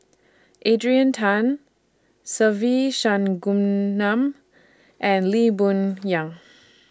Adrian Tan Se Ve and Lee Boon Yang